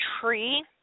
tree